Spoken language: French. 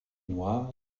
noir